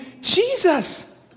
Jesus